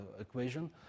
equation